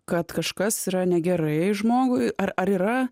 kad kažkas yra negerai žmogui ar ar yra